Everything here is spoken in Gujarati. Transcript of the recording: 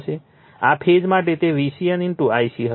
આ ફેઝ માટે તે VCN Ic હશે